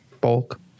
bulk